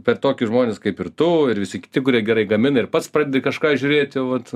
per tokius žmones kaip ir tu ir visi kiti kurie gerai gamina ir pats pradedi kažką žiūrėti vat